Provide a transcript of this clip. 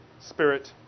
Spirit